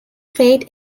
freight